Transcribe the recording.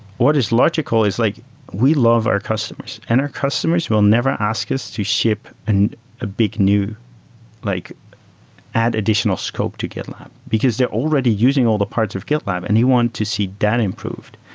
what is logical is like we love our customers, and our customers will never ask us to ship and a big, new like add additional scope to gitlab, because they're already using all the parts of gitlab and you want to see that improved.